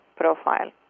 profile